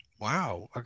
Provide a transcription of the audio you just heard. Wow